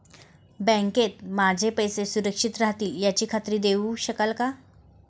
बँकेत माझे पैसे सुरक्षित राहतील याची खात्री देऊ शकाल का?